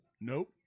Nope